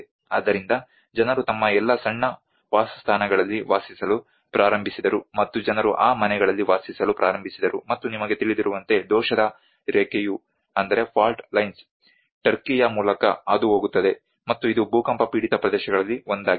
ಆದ್ದರಿಂದ ಜನರು ತಮ್ಮ ಎಲ್ಲಾ ಸಣ್ಣ ವಾಸಸ್ಥಾನಗಳಲ್ಲಿ ವಾಸಿಸಲು ಪ್ರಾರಂಭಿಸಿದರು ಮತ್ತು ಜನರು ಆ ಮನೆಗಳಲ್ಲಿ ವಾಸಿಸಲು ಪ್ರಾರಂಭಿಸಿದರು ಮತ್ತು ನಿಮಗೆ ತಿಳಿದಿರುವಂತೆ ದೋಷದ ರೇಖೆಯು ಟರ್ಕಿಯ ಮೂಲಕ ಹಾದುಹೋಗುತ್ತದೆ ಮತ್ತು ಇದು ಭೂಕಂಪ ಪೀಡಿತ ಪ್ರದೇಶಗಳಲ್ಲಿ ಒಂದಾಗಿದೆ